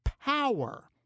power